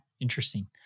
Interesting